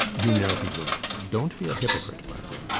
you know he will. don't be a hypocrite, barbara.